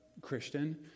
Christian